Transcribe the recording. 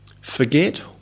forget